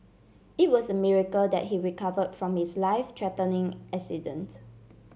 it was a miracle that he recover from his life threatening accident